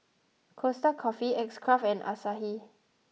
Costa Coffee X Craft and Asahi